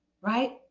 Right